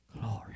Glory